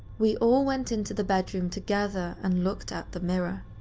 we all went into the bedroom together and looked at the mirror.